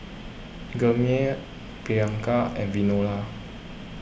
Gurmeet Priyanka and